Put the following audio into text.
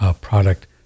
product